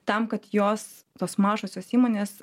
tam kad jos tos mažosios įmonės